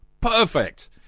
Perfect